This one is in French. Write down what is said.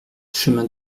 chemin